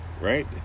right